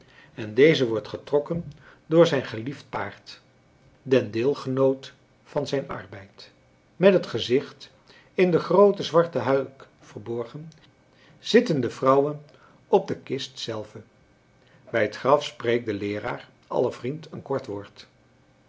en deze wordt getrokken door zijn geliefd paard den deelgenoot van zijn arbeid met het gezicht in de groote zwarte huik verborgen zitten de vrouwen op de kist zelve bij het graf spreekt de leeraar aller vriend een kort woord